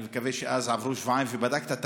אני מקווה שעברו שבועיים ובדקת את